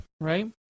right